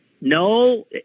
no